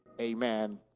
Amen